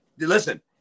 Listen